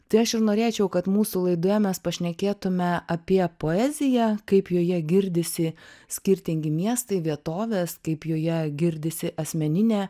tai aš ir norėčiau kad mūsų laidoje mes pašnekėtume apie poeziją kaip joje girdisi skirtingi miestai vietovės kaip joje girdisi asmeninė